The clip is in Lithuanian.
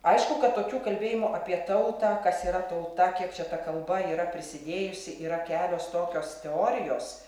aišku kad tokių kalbėjimo apie tautą kas yra tauta kiek čia ta kalba yra prisidėjusi yra kelios tokios teorijos